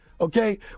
okay